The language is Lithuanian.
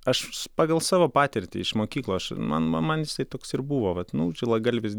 aš pagal savo patirtį iš mokyklos man man jisai toks ir buvo vat nu žilagalvis